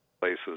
places